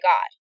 God